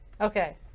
Okay